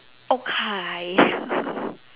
okay